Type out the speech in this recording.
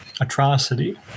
atrocity